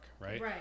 Right